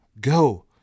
Go